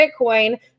Bitcoin